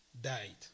died